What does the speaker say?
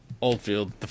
Oldfield